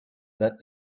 that